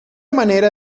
manera